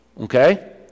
okay